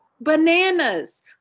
bananas